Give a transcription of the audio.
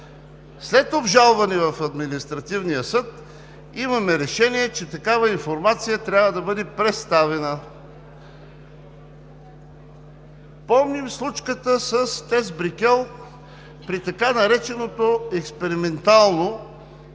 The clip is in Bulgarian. След обжалване в Административния съд имаме решение, че такава информация трябва да бъде представена. Помним случката с ТЕЦ „Брикел“ при така нареченото експериментално